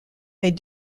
mais